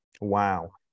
Wow